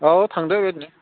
औ थांदो बेबायदिनो